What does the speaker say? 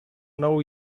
know